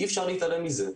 אי אפשר להתעלם מזה.